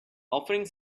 offering